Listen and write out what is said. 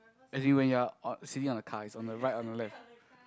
as in when you are on sitting on the car is on the right or the left